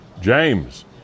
James